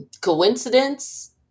coincidence